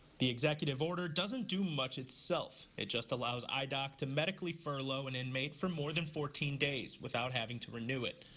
the executive order doesn't do much itself. it just allows idoc to medically furlough an inmate for more than fourteen days without having to renew it.